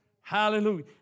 Hallelujah